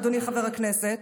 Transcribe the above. אדוני חבר הכנסת,